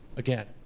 again,